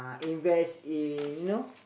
invest in you know